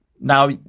now